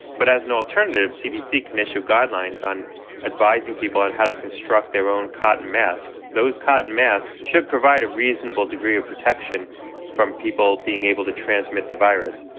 but as an alternative, cdc can issue guidelines on advising people on how to construct their own cotton masks. those cotton masks should provide a reasonable degree of protection from people being able to transmit the virus